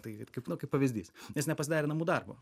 tai ir kaip nu kaip pavyzdys jis nepasidarė namų darbo